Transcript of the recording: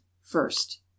first